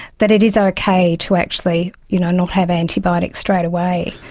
that it is okay to actually you know not have antibiotics straight away.